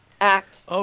act